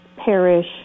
parish